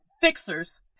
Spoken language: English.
fixers